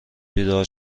بیدار